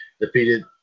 defeated